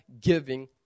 giving